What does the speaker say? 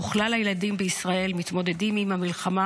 וכלל הילדים בישראל מתמודדים עם המלחמה